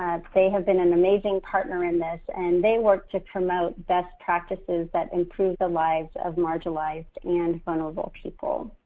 um they have been an amazing partner in this and they work to promote best practices that improve the lives of marginalized and vulnerable people.